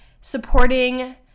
supporting